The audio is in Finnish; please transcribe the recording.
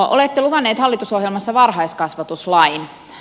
olette luvanneet hallitusohjelmassa varhaiskasvatuslain